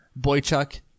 Boychuk